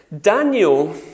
Daniel